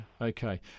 Okay